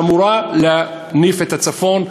שאמורה להניף את הצפון,